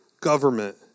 government